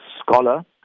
scholar